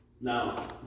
Now